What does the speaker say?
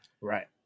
Right